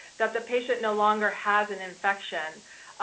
that the patient no longer has an infection.